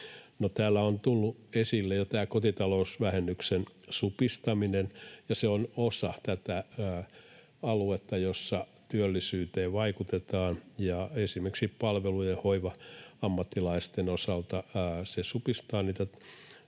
täällä on tullut esille jo tämä kotitalousvähennyksen supistaminen, ja se on osa tätä aluetta, jossa työllisyyteen vaikutetaan. Esimerkiksi palvelu- ja hoiva-ammattilaisten osalta se supistaa